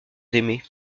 d’aimer